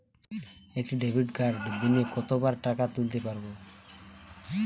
একটি ডেবিটকার্ড দিনে কতবার টাকা তুলতে পারব?